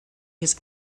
his